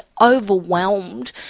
overwhelmed